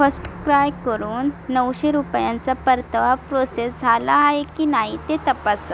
FirstCry कडून नऊशे रुपयांचा परतवा प्रोसेस झाला आहे की नाही ते तपासा